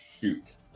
shoot